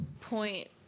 point